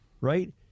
right